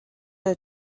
her